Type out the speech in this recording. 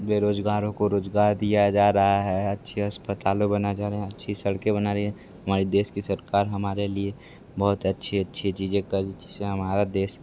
बेरोज़गारों को रोज़गार दिया जा रहा है अच्छे अस्पताल बनाए जा रहे हैं अच्छी सड़कें बन रही हैं हमारे देश की सरकार हमारे लिए बहुत अच्छी अच्छी चीज़ें कर रही है जिस से हमारा देश